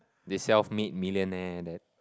this self made millionaire that